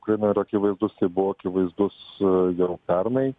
ukrainoj yra akivaizdus ir buvo akivaizdus jau pernai